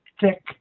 thick